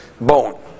bone